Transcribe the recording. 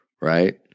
right